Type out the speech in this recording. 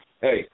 Hey